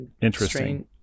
interesting